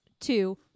Two